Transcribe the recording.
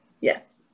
Yes